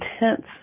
intense